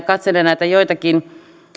katselen kansanedustajana näitä joitakin